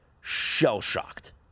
shell-shocked